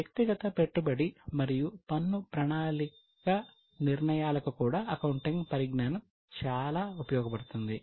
ఇప్పుడు వ్యక్తిగత పెట్టుబడి మరియు పన్ను ప్రణాళిక నిర్ణయాలకు కూడా అకౌంటింగ్ పరిజ్ఞానం చాలా ఉపయోగపడుతుంది